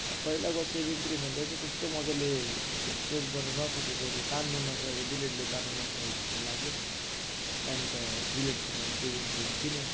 अब पहिलाको सेभिङ क्रिमहरूले चाहिँ त्यस्तो मजाले त्यो सेभ गर्नु नसकेको त्यो तान्नु नसकेको ब्लेटले तान्नु नसेको जस्तो लाग्यो अन्त जिलेटको मैले सेभिङ क्रिम किने